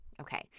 Okay